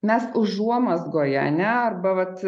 mes užuomazgoje ar ne arba vat